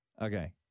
Okay